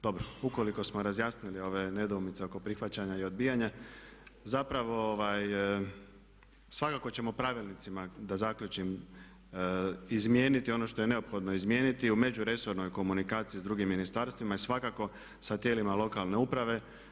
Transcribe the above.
Dobro ukoliko smo razjasnili ove nedoumice oko prihvaćanja i odbijanja, zapravo ćemo, svakako ćemo pravilnicima da zaključim izmijeniti ono što je neophodno izmijeniti u međuresornoj komunikaciji s drugim ministarstvima i svakako sa tijelima lokalne uprave.